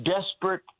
desperate